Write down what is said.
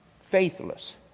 faithless